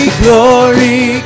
glory